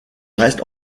reste